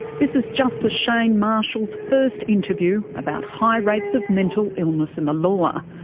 this is justice shane marshall's first interview about high rates of mental illness in the law.